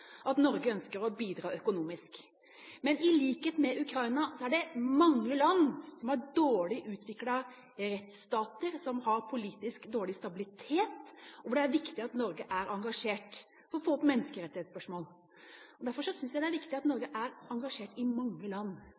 at Norge ønsker å bidra økonomisk. Men i likhet med Ukraina er det mange land som har en dårlig utviklet rettsstat, som har politisk dårlig stabilitet, hvor det er viktig at Norge er engasjert for å få opp menneskerettighetsspørsmål. Derfor synes jeg det er viktig at Norge er engasjert i mange land.